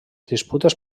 disputes